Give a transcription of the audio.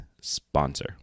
sponsor